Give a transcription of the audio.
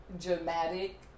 dramatic